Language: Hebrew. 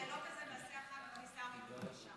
בבקשה.